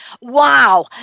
Wow